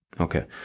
Okay